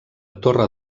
torre